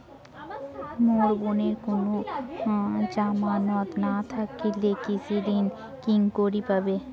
মোর বোনের কুনো জামানত না থাকিলে কৃষি ঋণ কেঙকরি পাবে?